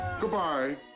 Goodbye